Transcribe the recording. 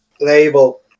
label